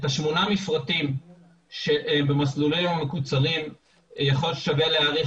את השמונה מפרטים במסלולים המקוצרים יכול להיות ששווה להאריך.